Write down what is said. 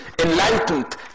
enlightened